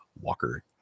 Walker